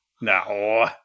No